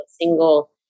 single